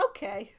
Okay